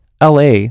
LA